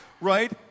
Right